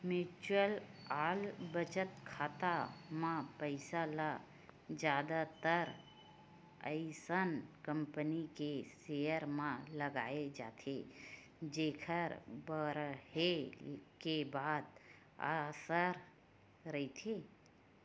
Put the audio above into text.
mutual बचत खाता म पइसा ल जादातर अइसन कंपनी के सेयर म लगाए जाथे जेखर बाड़हे के जादा असार रहिथे